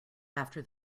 after